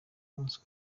umunsi